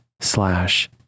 slash